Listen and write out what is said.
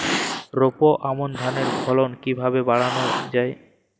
রোপা আমন ধানের ফলন কিভাবে বাড়ানো যায়?